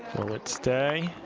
will it stay?